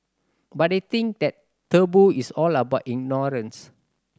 but I think that taboo is all about ignorance